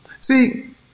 See